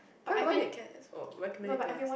why why did Cass oh recommended it to us